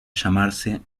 llamarse